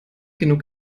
genug